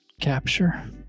capture